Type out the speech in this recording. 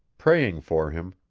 praying for him,